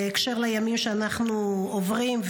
בהקשר לימים שאנחנו עוברים,